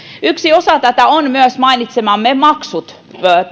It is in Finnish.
yksi osa tätä ovat myös mainitsemanne maksut